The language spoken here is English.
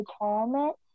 tournament